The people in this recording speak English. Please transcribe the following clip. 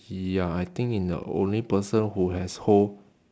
ya I think in the only person who has hold